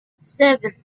seven